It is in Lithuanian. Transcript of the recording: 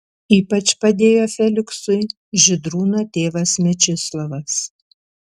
ypač padėjo feliksui žydrūno tėvas mečislovas